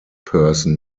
person